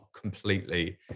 completely